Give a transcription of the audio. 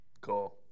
Cool